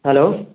hello